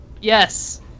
Yes